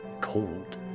cold